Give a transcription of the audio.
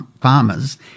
farmers